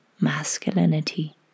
masculinity